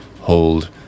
hold